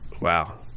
Wow